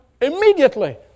immediately